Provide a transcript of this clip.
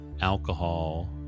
alcohol